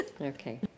Okay